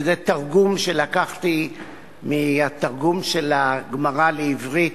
וזה תרגום שלקחתי מהתרגום של הגמרא לעברית,